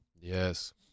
Yes